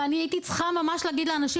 ואני הייתי צריכה ממש להגיד לאנשים,